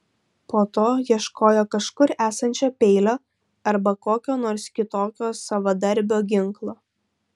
po to ieškojo kažkur esančio peilio arba kokio nors kitokio savadarbio ginklo